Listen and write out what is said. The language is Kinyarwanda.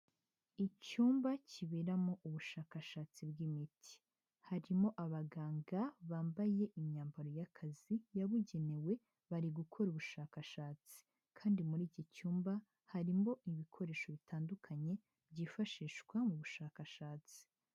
Icyumba kiberamo ubushakashatsi bw'imiti, harimo abaganga bambaye imyambaro y'akazi yabugenewe bari gukora ubushakashatsi, kandi muri iki cyumba harimo ibikoresho bitandukanye byifashishwa mu bushakashatsi.